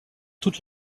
toute